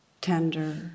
tender